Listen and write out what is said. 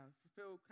fulfill